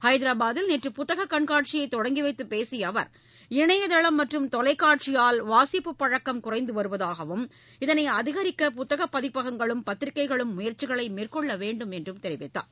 ஹைதராபாதில் நேற்று புத்தக கண்காட்சியை தொடங்கி வைத்துப் பேசிய அவர் இணையதளம் மற்றும் தொலைக்காட்சியால் வாசிப்புப் பழக்கம் குறைந்து வருவதாகவும் இதனை அதிகரிக்க புத்தகப் பதிப்பகங்களும் பத்திரிகைகளும் முயற்சிகளை மேற்கொள்ள வேண்டும் என்று தெரிவித்தார்